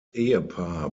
ehepaar